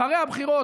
אחרי הבחירות,